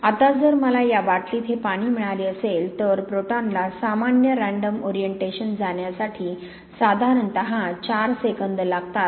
आता जर मला या बाटलीत हे पाणी मिळाले असेल तर प्रोटॉनला सामान्य रँडम ओरिएंटेशन जाण्यासाठी साधारणतः 4 सेकंद लागतात